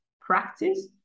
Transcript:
practice